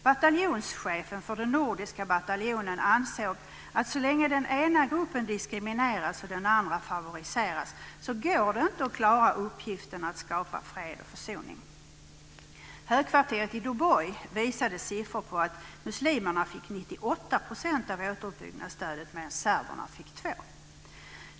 Bataljonschefen för den nordiska bataljonen ansåg att så länge den ena gruppen diskrimineras och den andra favoriseras går det inte att klara uppgiften att skapa fred och försoning. Högkvarteret i Doboj visade siffror på att muslimerna fick 98 % av återuppbyggnadsstödet medan serberna fick 2 %.